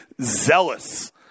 zealous